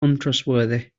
untrustworthy